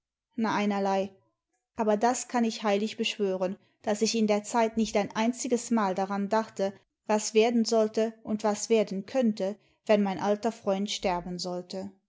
einerlei aber das kann ich heilig beschwören daß ich in der zeit nicht ein einziges mal daran dachte was werden sollte und was werden könnte wenn mein alter freund sterben sollte